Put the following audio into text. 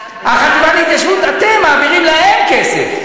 ואתם מבקשים מהם כסף.